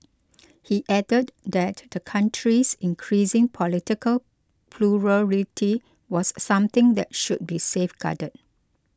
he added that the country's increasing political plurality was something that should be safeguarded